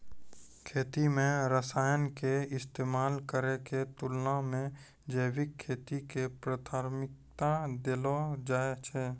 खेती मे रसायन के इस्तेमाल करै के तुलना मे जैविक खेती के प्राथमिकता देलो जाय छै